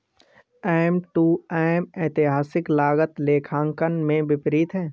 M to M ऐतिहासिक लागत लेखांकन के विपरीत है